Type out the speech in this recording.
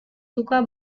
suka